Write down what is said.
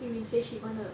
yu min say she wanna